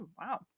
Wow